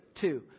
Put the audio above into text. Two